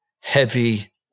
heavy